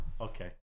okay